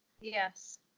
Yes